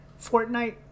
Fortnite